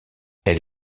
elle